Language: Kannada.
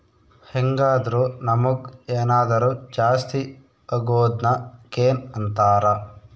ಹೆಂಗಾದ್ರು ನಮುಗ್ ಏನಾದರು ಜಾಸ್ತಿ ಅಗೊದ್ನ ಗೇನ್ ಅಂತಾರ